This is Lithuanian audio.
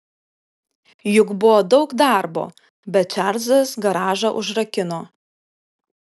juk buvo daug darbo bet čarlzas garažą užrakino